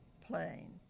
plane